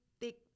thick